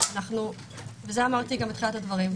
הווריאנט הבא.